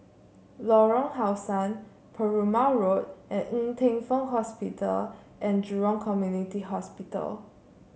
Lorong How Sun Perumal Road and Ng Teng Fong Hospital and Jurong Community Hospital